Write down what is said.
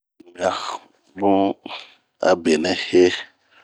Nian, bunh a benɛ hee.